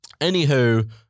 Anywho